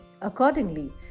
Accordingly